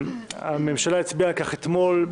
הממשלה הצביעה על כך אתמול,